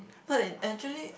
no it actually